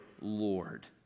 Lord